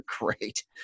great